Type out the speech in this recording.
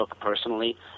personally